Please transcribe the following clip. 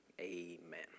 amen